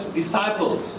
disciples